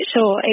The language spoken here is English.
Sure